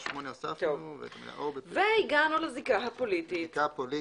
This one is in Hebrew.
והגענו לזיקה הפוליטית,